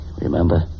Remember